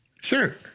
Sure